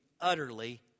utterly